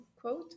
quote